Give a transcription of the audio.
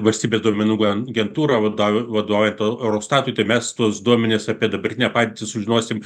valstybė duomenų agentūra eurostatui tai mes tuos duomenis apie dabartinę padėtį sužinosim